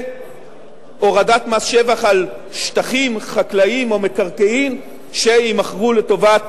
והורדת מס שבח על שטחים חקלאיים או מקרקעין שיימכרו לטובת